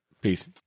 Peace